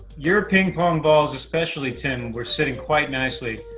your ping pong balls especially, tim, were sitting quite nicely.